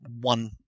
one